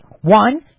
one